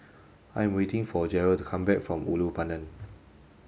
I'm waiting for Jeryl to come back from Ulu Pandan